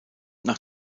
nach